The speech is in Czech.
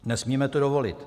Nesmíme to dovolit.